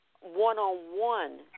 one-on-one